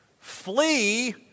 flee